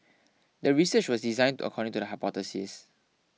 the research was designed according to the hypothesis